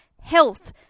health